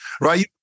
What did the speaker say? Right